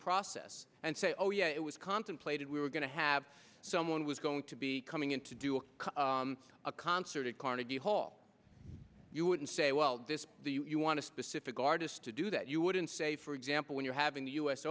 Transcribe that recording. process and say oh yeah it was contemplated we were going to have someone was going to be coming in to do a concert at carnegie hall you wouldn't say well this you want to specific artists to do that you wouldn't say for example when you're having the u